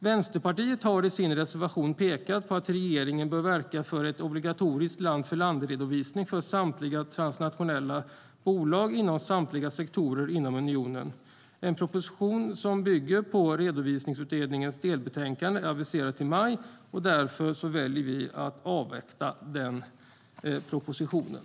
Vänsterpartiet har i sin reservation pekat på att regeringen bör verka för en obligatorisk land-för-land-redovisning för samtliga transnationella bolag inom samtliga sektorer inom unionen. En proposition som bygger på Redovisningsutredningens delbetänkande är aviserad till maj, och därför väljer vi att avvakta den propositionen.